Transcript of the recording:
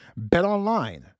BetOnline